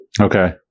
okay